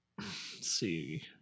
see